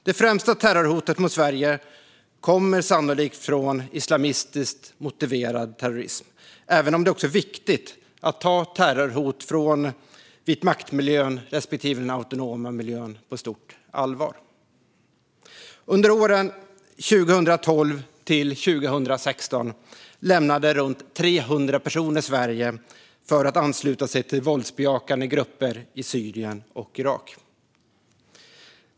Det främsta terrorhotet mot Sverige kommer sannolikt från islamistiskt motiverad terrorism, även om det är viktigt att också ta terrorhot från vitmaktmiljön respektive den autonoma miljön på stort allvar. Under åren 2012-2016 lämnade runt 300 personer Sverige för att ansluta sig till våldsbejakande grupper i Syrien och Irak.